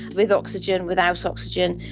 with oxygen, without so oxygen,